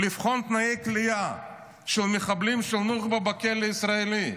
לבחון את תנאי הכליאה של מחבלי נוח'בה בכלא הישראלי.